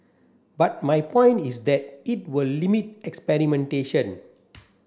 but my point is that it will limit experimentation